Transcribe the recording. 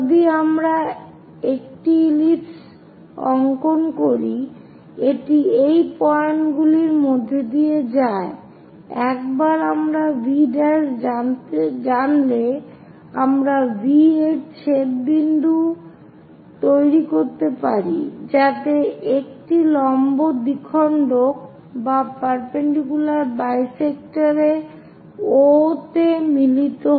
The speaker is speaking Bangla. যদি আমরা একটি ইলিপস অংকন করি এটি এই পয়েন্টগুলির মধ্য দিয়ে যায় একবার আমরা V' জানলে আমরা V এর ছেদ বিন্দু তৈরি করতে পারি যাতে একটি লম্ব দ্বিখন্ডক O তে মিলিত হয়